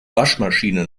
waschmaschine